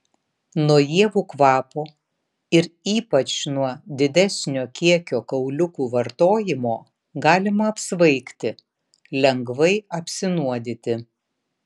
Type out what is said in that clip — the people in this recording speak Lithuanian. nuo ievų kvapo ir ypač nuo didesnio kiekio kauliukų vartojimo galima apsvaigti lengvai apsinuodyti